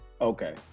Okay